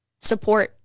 support